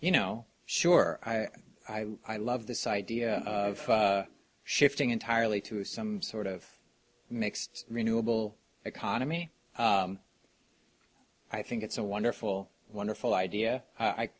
you know sure i love this idea of shifting entirely to some sort of mixed renewable economy i think it's a wonderful wonderful idea i